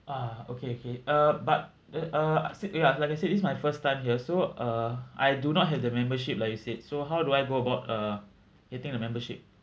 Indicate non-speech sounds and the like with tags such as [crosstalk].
ah okay okay uh but [noise] uh I said ya like I said this is my first time here so uh I do not have the membership like you said so how do I go about uh getting a membership